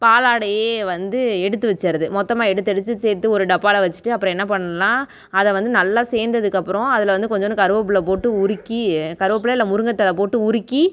பாலாடையே வந்து எடுத்து வச்சுட்றது மொத்தமாக எடுத்து எடுத்து சேர்த்து ஒரு டப்பாவில் வச்சுட்டு அப்புறம் என்ன பண்ணலாம் அதை வந்து நல்லா சேர்ந்ததுக்கு அப்புறம் அதில் வந்து கொஞ்சோன்டு கருவப்புல்ல போட்டு உருக்கி கருவப்புல்ல இல்லை முருங்கத்தழ போட்டு உருக்கி